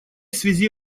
связи